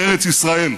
בארץ ישראל.